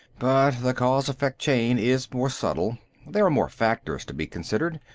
but the cause-effect chain is more subtle there are more factors to be considered.